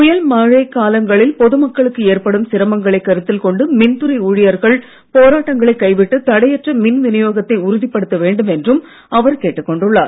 புயல் மழை காலங்களில் பொது மக்களுக்கு ஏற்படும் சிரமங்களை கருத்தில் கொண்டு மின் துறை ஊழியர்கள் போராட்டங்களை கைவிட்டு தடையற்ற மின் விநியோகத்தை உறுதிப்படுத்த வேண்டும் என்றும் அவர் கேட்டுக் கொண்டுள்ளார்